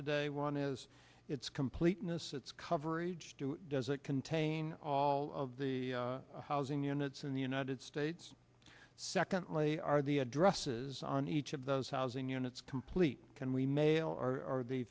today one is its completeness its coverage do does it contain all of the housing units in the united states secondly are the addresses on each of those housing units complete can we mail our